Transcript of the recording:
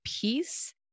peace